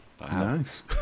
Nice